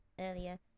earlier